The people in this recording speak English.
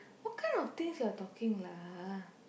what kind of things you are talking lah